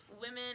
women